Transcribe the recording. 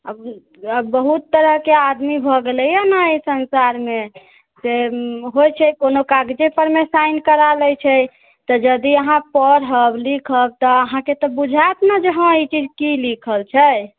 आब बहुत तरहके आदमी भऽ गेलेए ने एहि संसारमे तऽ होइ छै कोनो कागजेपरमे संसार साइन करा लै छे तऽ यदि अहाँ पढ़ब लिखब तऽ अहाँके तऽ बुझाइत ने जे कि हँ ई चीज की लिखल छै